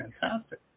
fantastic